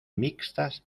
mixtas